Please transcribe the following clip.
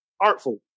artful